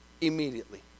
immediately